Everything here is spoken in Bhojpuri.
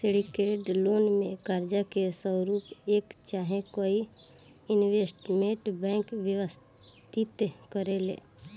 सिंडीकेटेड लोन में कर्जा के स्वरूप एक चाहे कई इन्वेस्टमेंट बैंक व्यवस्थित करेले